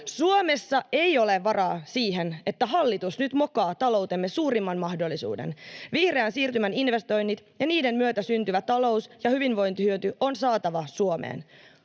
Suomessa ei ole varaa siihen, että hallitus nyt mokaa taloutemme suurimman mahdollisuuden: vihreän siirtymän investoinnit ja niiden myötä syntyvä talous‑ ja hyvinvointihyöty on saatava Suomeen.